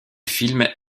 film